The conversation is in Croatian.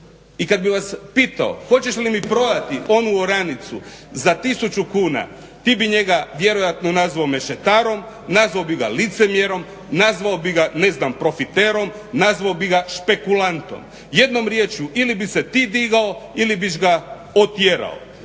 i kad bi vas pitao hoćeš li mi prodati onu oranicu za tisuću kuna ti bi njega vjerojatno nazvao mešetarom, nazvao bi ga licemjerom, nazvao bi ga profiterom, nazvao bi ga špekulantom. Jednom rječju, ili bi se ti digao ili bi ga otjerao.